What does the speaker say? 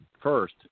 first